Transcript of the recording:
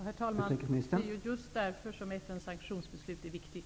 Herr talman! Det är just därför som FN:s sanktionsbeslut är viktigt.